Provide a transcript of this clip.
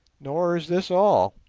nor is this all.